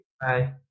Bye